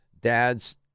dad's